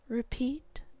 Repeat